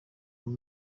vous